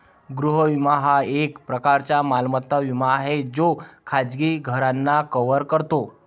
गृह विमा हा एक प्रकारचा मालमत्ता विमा आहे जो खाजगी घरांना कव्हर करतो